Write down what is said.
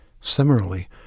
Similarly